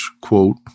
quote